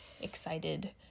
excited